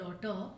daughter